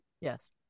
yes